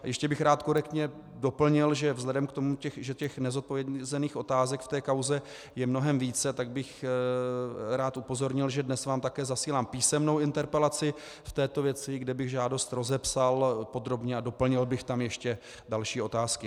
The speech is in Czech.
Ještě bych rád korektně doplnil, že vzhledem k tomu, že těch nezodpovězených otázek v té kauze je mnohem více, tak bych rád upozornil, že dnes vám také zasílám písemnou interpelaci v této věci, kde bych žádost rozepsal podrobně a doplnil bych tam ještě další otázky.